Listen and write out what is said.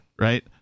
Right